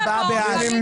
הצבעה לא אושרו.